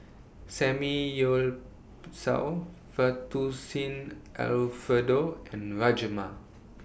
Samgyeopsal Fettuccine Alfredo and Rajma